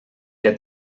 que